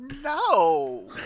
No